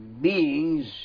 beings